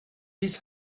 his